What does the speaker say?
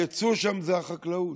הייצוא שם זה החקלאות,